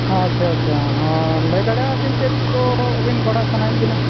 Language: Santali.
ᱟᱪᱪᱷᱟ ᱟᱪᱪᱷᱟ ᱦᱮᱸ ᱞᱟᱹᱭ ᱫᱟᱲᱤᱭᱟᱜᱼᱟᱹᱵᱤᱱ ᱪᱮᱫ ᱠᱚ ᱟᱹᱵᱤᱱ ᱵᱟᱲᱟᱭ ᱥᱟᱱᱟᱭᱮᱫ ᱵᱮᱱᱟ